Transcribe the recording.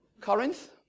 Corinth